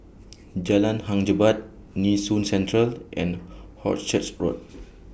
Jalan Hang Jebat Nee Soon Central and Hornchurch Road